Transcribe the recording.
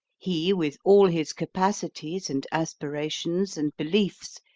he, with all his capacities, and aspirations, and beliefs,